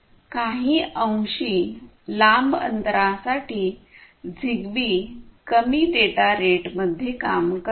काही अंशी लांब अंतरासाठी झिगबी कमी डेटा रेट मध्ये काम करते